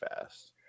fast